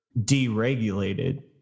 deregulated